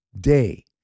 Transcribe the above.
Day